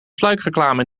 sluikreclame